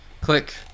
click